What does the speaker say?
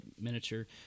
miniature